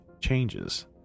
changes